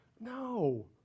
No